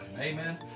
Amen